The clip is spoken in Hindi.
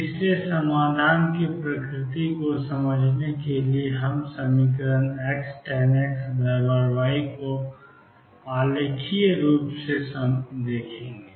इसलिए समाधान की प्रकृति को समझने के लिए हम समीकरण X tan XY को आलेखीय रूप से देखेंगे